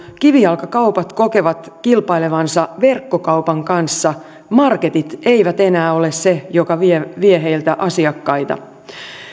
kivijalkakaupat kokevat kilpailevansa verkkokaupan kanssa marketit eivät enää ole se joka vie vie heiltä asiakkaita